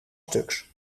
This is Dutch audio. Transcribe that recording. stuks